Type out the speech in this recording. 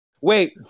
Wait